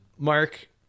Mark